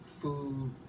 food